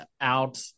out